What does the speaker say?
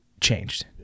changed